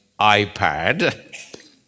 iPad